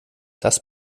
das